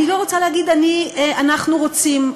אני לא רוצה להגיד: אנחנו רוצים,